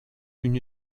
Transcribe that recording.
une